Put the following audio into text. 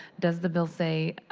does the bill say